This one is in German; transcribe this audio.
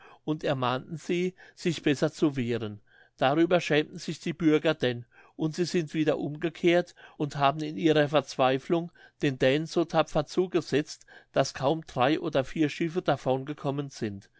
und ermahnten sie sich besser zu wehren darüber schämten sich die bürger denn und sie sind wieder umgekehrt und haben in ihrer verzweiflung den dänen so tapfer zugesetzt daß kaum drei oder vier schiffe davon gekommen sind